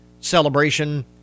celebration